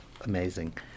amazing